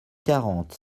quarante